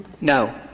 No